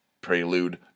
prelude